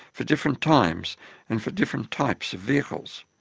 for different times and for different types of vehicles.